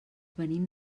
venim